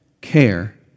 care